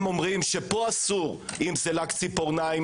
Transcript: אומרים שפה אסור אם זה לק ציפורניים,